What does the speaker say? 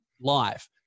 live